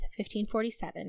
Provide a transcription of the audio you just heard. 1547